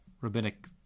rabbinic